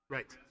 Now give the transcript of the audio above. Right